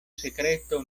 sekreto